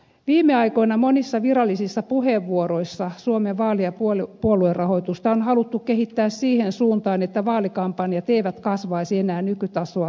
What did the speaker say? viime aikoina monissa virallisissa puheenvuoroissa suomen vaali ja puoluerahoitusta on haluttu kehittää siihen suuntaan että vaalikampanjat eivät kasvaisi enää nykytasoa suuremmiksi